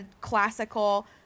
classical